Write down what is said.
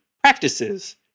practices